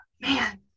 man